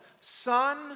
Son